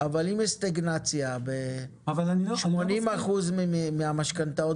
אבל אם יש סטגנציה ב-80 אחוז מהמשכנתאות